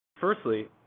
Firstly